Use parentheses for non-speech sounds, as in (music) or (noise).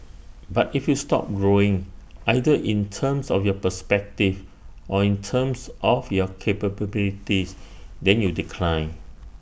but if you stop growing either in terms of your perspective or in terms of your (unintelligible) then you decline